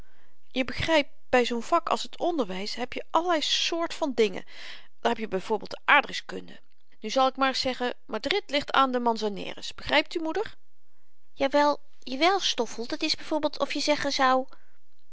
je begrypt by zoo'n vak als t onderwys heb je allerlei soort van dingen daar heb je by voorbeeld de aardrykskunde nu zal ik maar eens zeggen madrid ligt aan den manzanares begrypt u moeder jawèl jawèl stoffel dat is byv of je zeggen zou